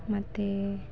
ಮತ್ತು